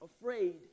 afraid